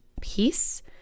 peace